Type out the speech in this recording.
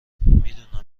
میدونم